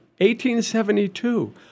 1872